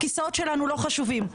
הכיסאות שלנו לא חשובים.